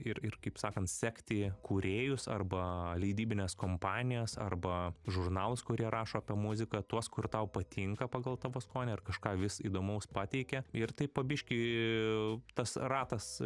ir ir kaip sakant sekti kūrėjus arba leidybines kompanijas arba žurnalus kurie rašo apie muziką tuos kur tau patinka pagal tavo skonį ar kažką vis įdomaus pateikia ir taip po biškį tas ratas